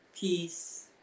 peace